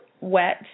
wet